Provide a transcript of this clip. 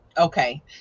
Okay